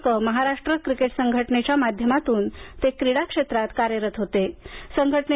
कं महाराष्ट्र क्रिकेट संघटनेच्या माध्यमातून ते क्रीडा क्षेत्रात कार्यरत होतेसंघटने